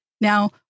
Now